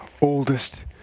oldest